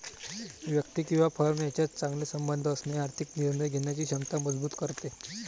व्यक्ती किंवा फर्म यांच्यात चांगले संबंध असणे आर्थिक निर्णय घेण्याची क्षमता मजबूत करते